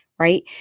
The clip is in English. Right